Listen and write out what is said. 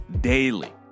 daily